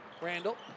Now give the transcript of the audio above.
Randall